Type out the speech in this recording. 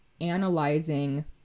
analyzing